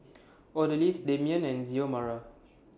Odalys Damion and Xiomara